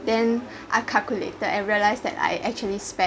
then I calculated and realised that I actually spend